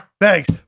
Thanks